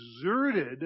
exerted